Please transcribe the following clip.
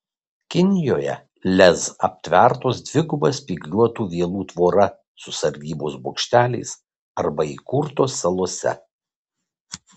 kinijoje lez aptvertos dviguba spygliuotų vielų tvora su sargybos bokšteliais arba įkurtos salose